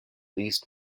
least